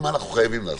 ומה אנחנו חייבים לעשות.